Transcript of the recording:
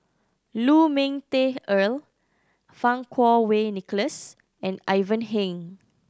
Lu Ming Teh Earl Fang Kuo Wei Nicholas and Ivan Heng